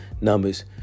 numbers